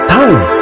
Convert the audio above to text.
time